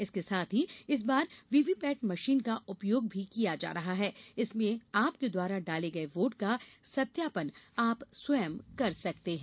इसके साथ ही इस बार व्हीव्हीपैट मशीन का उपयोग भी किया जा रहा है जिसमें आपके द्वारा डाले गये वोट का सत्यापन आप स्वयं कर सकते हैं